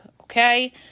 Okay